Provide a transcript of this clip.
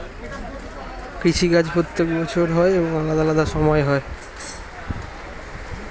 কৃষি কাজ প্রত্যেক বছর হয় এবং আলাদা আলাদা সময় হয়